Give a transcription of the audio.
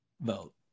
vote